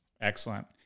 Excellent